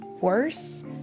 Worse